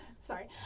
Sorry